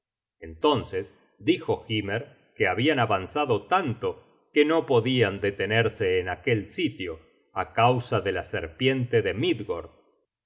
entonces dijo hymer que habian avanzado tanto que no podian detenerse en aquel sitio á causa de la serpiente de midgord